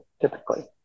typically